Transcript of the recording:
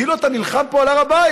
כאילו אתה נלחם פה על הר הבית.